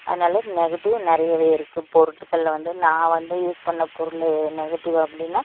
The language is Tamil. அதனால் நெகட்டிவ் நிறையவே இருக்குது பொருட்களில் வந்து நான் வந்து யூஸ் பண்ண பொருளு நெகட்டிவ் அப்படின்னா